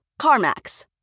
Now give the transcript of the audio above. CarMax